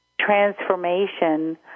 transformation